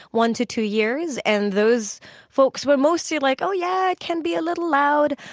one to two years. and those folks were mostly like, oh yeah, it can be a little loud.